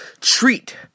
treat